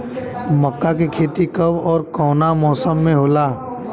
मका के खेती कब ओर कवना मौसम में होला?